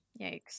Yikes